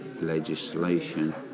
legislation